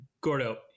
Gordo